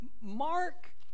Mark